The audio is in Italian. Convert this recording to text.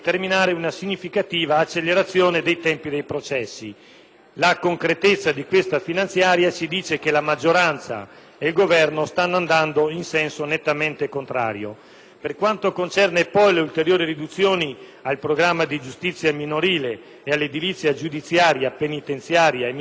La concretezza di questa manovra finanziaria ci dice che la maggioranza e il Governo si stanno muovendo in senso nettamente contrario. Per quanto concerne le ulteriori riduzioni al programma di giustizia minorile e all'edilizia giudiziaria penitenziaria e minorile interverranno altri colleghi in maniera specifica.